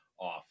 off